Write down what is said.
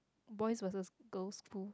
boys versus girls school